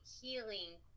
healing